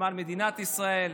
למען מדינת ישראל.